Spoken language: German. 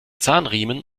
zahnriemen